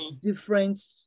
different